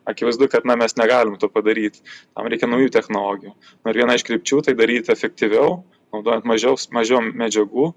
akivaizdu kad na mes negalim to padaryti tam reikia naujų technologijų nu ir viena iš krypčių tai daryti efektyviau naudojant mažiaus mažiau medžiagų